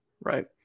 right